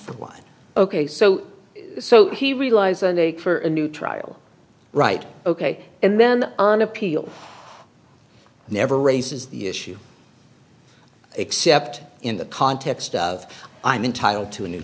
for one ok so so he relies on a for a new trial right ok and then on appeal never raises the issue except in the context of i'm entitled to a new